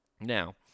Now